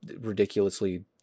ridiculously